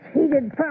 heated